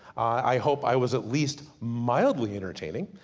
i hope i was at least mildly entertaining.